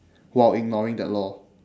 while ignoring that law